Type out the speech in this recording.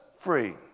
free